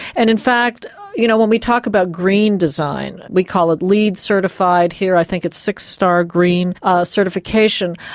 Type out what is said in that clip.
and in fact you know when we talk about green design, we call it lead certified here, i think it's six-star green certification,